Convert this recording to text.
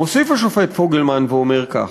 מוסיף השופט פוגלמן ואומר כך: